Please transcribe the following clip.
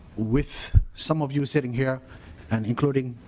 with some of you sitting here and including